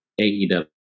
AEW